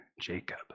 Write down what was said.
Jacob